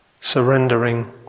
surrendering